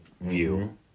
view